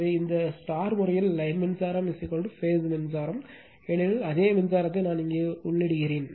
எனவே இந்த முறையில் லைன் மின்சாரம் பேஸ் மின்சாரம் ஏனெனில் அதே மின்சாரத்தை நான் இங்கே உள்ளிடுகிறேன்